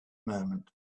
moment